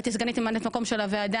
הייתי סגנית ממלאת מקום של הוועדה,